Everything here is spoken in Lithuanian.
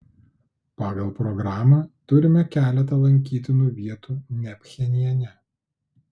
pagal programą turime keletą lankytinų vietų ne pchenjane